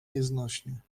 nieznośnie